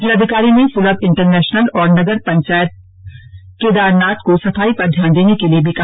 जिलाधिकारी ने सुलभ इंटरनेशनल और नगर पंचायत केदानाथ को सफाई पर ध्यान देने के लिए भी कहा